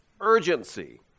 Urgency